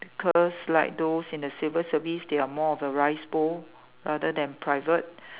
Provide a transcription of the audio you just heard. cause like those in the civil service they are more of a rice bowl rather than private